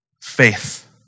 Faith